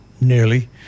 nearly